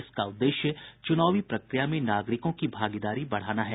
इसका उद्देश्य चुनावी प्रक्रिया में नागरिकों की भागीदारी बढ़ाना है